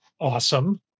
Awesome